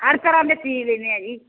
ਹਰ ਤਰ੍ਹਾਂ ਦੀ ਸੀਊਂ ਲੈਂਦੇ ਆ ਜੀ